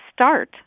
start